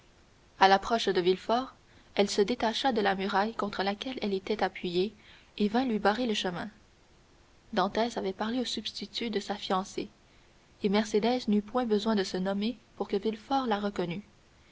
à l'approche de villefort elle se détacha de la muraille contre laquelle elle était appuyée et vint lui barrer le chemin dantès avait parlé au substitut de sa fiancée et mercédès n'eut point besoin de se nommer pour que villefort la